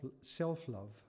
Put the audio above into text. self-love